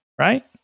Right